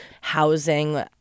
housing